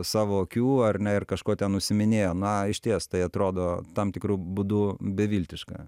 savo akių ar ne ir kažkuo ten užsiiminėjo na išties tai atrodo tam tikru būdu beviltiška